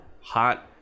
Hot